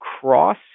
cross